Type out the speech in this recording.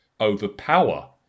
overpower